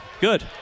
Good